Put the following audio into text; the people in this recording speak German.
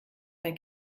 bei